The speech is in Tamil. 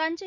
தஞ்சை